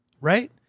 right